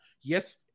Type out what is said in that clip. Yes